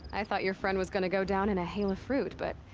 i thought your friend was going to go down in a hail of fruit, but.